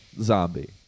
zombie